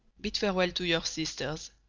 bid farewell to your sisters.